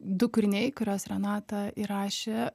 du kūriniai kuriuos renata įrašė